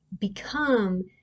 become